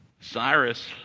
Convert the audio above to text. Cyrus